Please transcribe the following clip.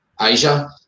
Asia